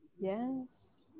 Yes